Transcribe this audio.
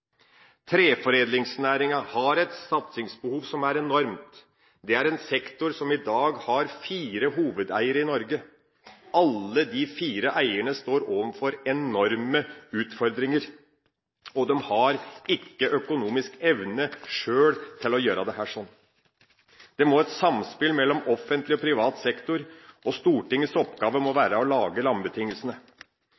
Treforedlingsnæringa har et satsingsbehov som er enormt. Det er en sektor som i dag har fire hovedeiere i Norge. Alle de fire eierne står overfor enorme utfordringer, og de har sjøl ikke økonomisk evne til å gjøre dette. Det må et samspill til mellom offentlig og privat sektor, og Stortingets oppgave må